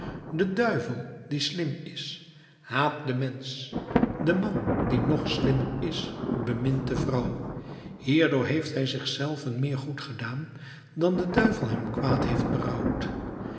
de duivel die slim is haat den mensch de man die nog slimmer is bemint de vrouw hierdoor heeft hij zich zelven meer goed gedaan dan de duivel hem kwaad heeft